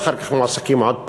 ואחר כך מועסקים עוד פעם.